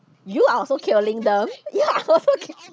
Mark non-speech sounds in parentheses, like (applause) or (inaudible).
you are also killing them (laughs) you are also kill~